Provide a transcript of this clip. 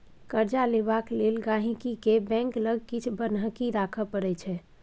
कर्जा लेबाक लेल गांहिकी केँ बैंक लग किछ बन्हकी राखय परै छै